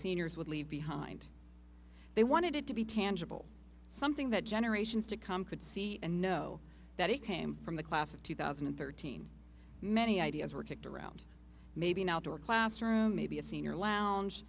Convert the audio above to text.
seniors would leave behind they wanted it to be tangible something that generations to come could see and know that it came from the class of two thousand and thirteen many ideas were kicked around maybe not to a classroom maybe a senior lounge